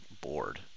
bored